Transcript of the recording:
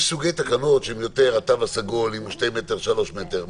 יש סוגי תקנות כמו התו הסגול עם שני מטר מרחק,